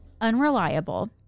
unreliable